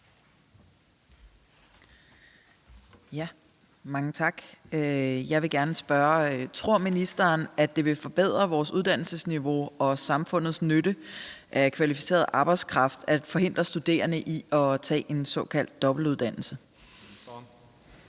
Mange tak. Jeg vil gerne spørge: Tror ministeren, at det vil forbedre vores uddannelsesniveau og samfundets nytte af kvalificeret arbejdskraft at forhindre studerende i at tage en såkaldt dobbeltuddannelse?